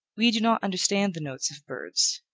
we do not understand the notes of birds.